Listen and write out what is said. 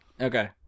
Okay